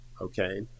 Okay